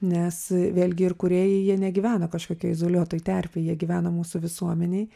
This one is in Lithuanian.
nes vėlgi ir kūrėjai jie negyvena kažkokioj izoliuotoj terpėj jie gyvena mūsų visuomenėj